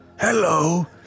Hello